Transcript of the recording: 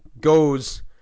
goes